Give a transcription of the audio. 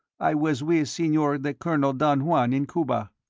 i was with senor the colonel don juan in cuba.